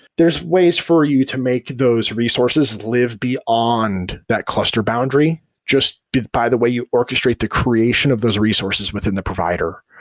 there's ways for you to make those resources live ah beyond that cluster boundary just by the way you orchestrate the creation of those resources within the provider.